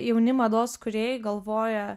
jauni mados kūrėjai galvoja